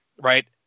right